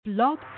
Blog